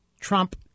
Trump